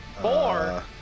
Four